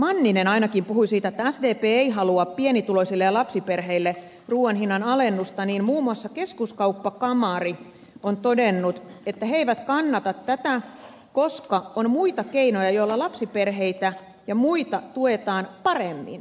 manninen ainakin puhui siitä että sdp ei halua pienituloisille ja lapsiperheille ruuan hinnan alennusta niin muun muassa keskuskauppakamari on todennut että he eivät kannata tätä koska on muita keinoja joilla lapsiperheitä ja muita tuetaan paremmin